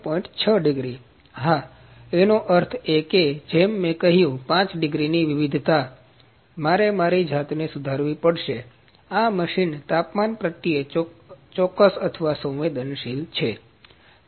6 degree છે હા તેનો અર્થ એ કે જેમ મેં કહ્યું 5 ડિગ્રી ની વિવિધતા મારે મારી જાતને સુધારવી પડશે આ મશીન તાપમાન પ્રત્યે ચોક્કસ અથવા સંવેદનશીલ છે